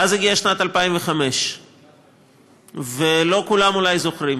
ואז הגיעה שנת 2005. לא כולם אולי זוכרים,